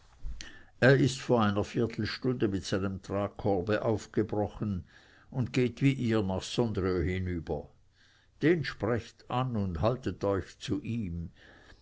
er ist vor einer viertelstunde mit seinem tragkorbe aufgebrochen und geht wie ihr nach sondrio hinüber den sprecht an und haltet euch zu ihm